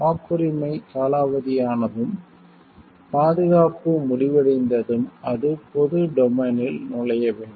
காப்புரிமை காலாவதியானதும் பாதுகாப்பு முடிவடைந்ததும் அது பொது டொமைனில் நுழைய வேண்டும்